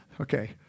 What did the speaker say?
Okay